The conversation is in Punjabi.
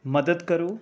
ਮਦਦ ਕਰੋ